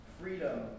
freedom